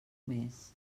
més